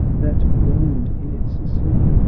that groaned in its sleep,